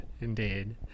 Indeed